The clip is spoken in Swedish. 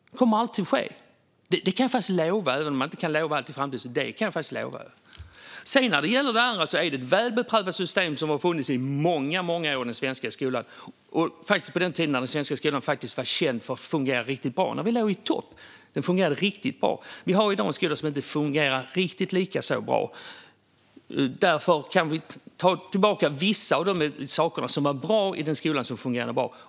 Det kommer aldrig att ske. Det kan jag faktiskt lova, även om jag inte kan lova allt i framtiden. När det gäller det andra är det ett väl beprövat system som har funnits i många år i den svenska skolan, och faktiskt på den tiden när den svenska skolan var känd för att fungera riktigt bra - när vi låg i topp. Det fungerade riktigt bra. Vi har i dag en skola som inte fungerar riktigt lika bra. Därför kan vi ta tillbaka vissa saker som var bra i den skola som fungerade bra.